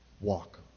Walk